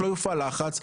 לא יופעל לחץ,